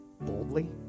boldly